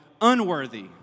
unworthy